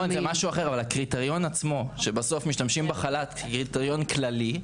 אבל הקריטריון עצמו שבסוף משתמשים בחל"ת כקריטריון כללי,